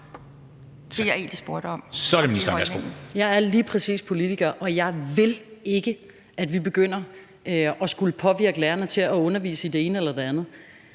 (Pernille Rosenkrantz-Theil): Jeg er lige præcis politiker, og jeg vil ikke, at vi begynder at skulle påvirke lærerne til at undervise i det ene eller det andet.